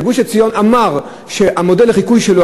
שהמחבל מגוש-עציון אמר שהמודל לחיקוי שלו